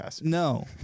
no